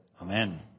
Amen